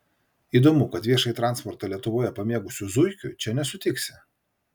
įdomu kad viešąjį transportą lietuvoje pamėgusių zuikių čia nesutiksi